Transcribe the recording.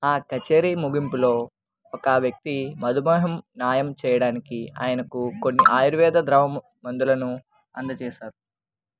ఆ కచేరీ ముగింపులో ఒక వ్యక్తి మధుబాహం న్యాయం చేయడానికి ఆయనకు కొన్ని ఆయుర్వేద గ్రావము మందులను అందజేశారు